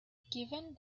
given